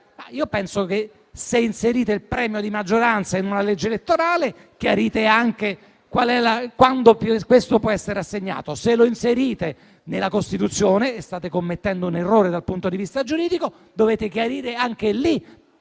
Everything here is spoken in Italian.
Penso che, se inserite il premio di maggioranza in una legge elettorale, occorra chiarire anche quando questo può essere assegnato. Se lo inserite nella Costituzione - e state commettendo un errore dal punto di vista giuridico -, dovete chiarire anche in